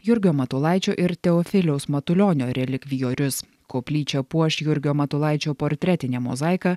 jurgio matulaičio ir teofiliaus matulionio relikvijorius koplyčią puoš jurgio matulaičio portretinė mozaika